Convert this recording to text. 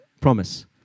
promise